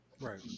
right